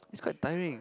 it's quite tiring